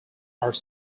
are